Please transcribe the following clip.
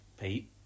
Pete